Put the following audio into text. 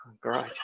great